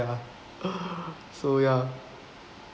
ya so ya